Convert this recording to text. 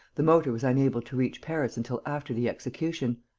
the motor was unable to reach paris until after the execution.